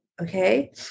Okay